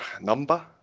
number